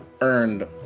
earned